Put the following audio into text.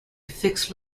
fixed